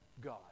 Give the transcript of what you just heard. God